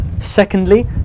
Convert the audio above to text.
Secondly